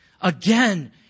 again